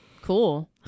Cool